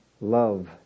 love